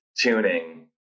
tuning